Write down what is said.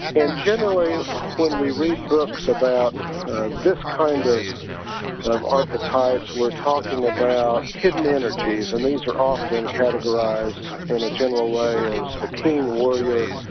and generally when we read books about this kind of of archetypes we are talking about, hidden energies, and these are often categorized and a general way is the king warrior,